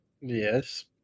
Yes